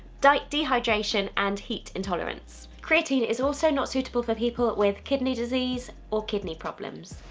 like dehydration and heat intolerance. creatine is also not suitable for people with kidney disease or kidney problems.